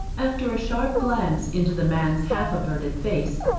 after a sharp glance into the man's half-averted face,